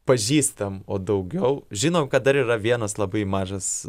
pažįstam o daugiau žinau kad dar yra vienas labai mažas